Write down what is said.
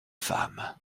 femme